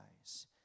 eyes